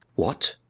what?